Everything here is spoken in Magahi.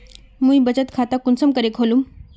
मुई बचत खता कुंसम करे खोलुम?